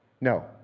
No